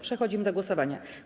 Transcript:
Przechodzimy do głosowania.